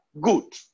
good